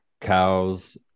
cows